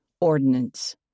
Ordinance